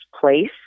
place